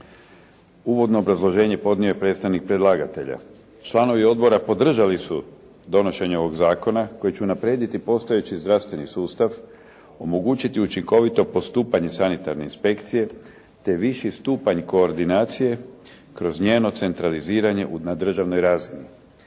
Uvodno obrazloženje podnio je predstavnik predlagatelja. Članovi odbora podržali su donošenje ovog zakona koji će unaprijediti postojeći zdravstveni sustav, omogućiti učinkovito postupanje sanitarne inspekcije, te viši stupanj koordinacije kroz njeno centraliziranje na državnoj razini.